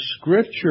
Scripture